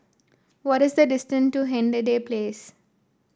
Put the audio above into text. what is the distance to Hindhede Place